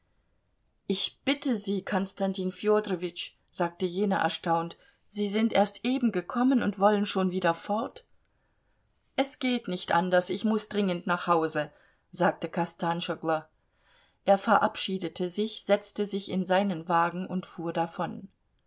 ich bitte sie konstantin fjodorowitsch sagte jener erstaunt sie sind erst eben gekommen und wollen schon wieder fort es geht nicht anders ich muß dringend nach hause sagte kostanschoglo er verabschiedete sich setzte sich in seinen wagen und fuhr davon